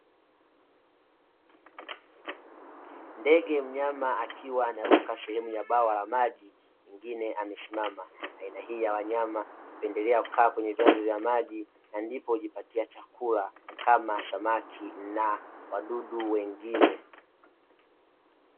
Ndege mnyama akiwa anaruka sehemu ya bwawa la maji mwingine amesimama. Aina hii ya wanyama hupendelea kukaa kwenye vyanzo vya maji na ndipo hujipatia chakula kama samaki na wadudu wengine.